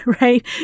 right